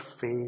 faith